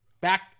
Back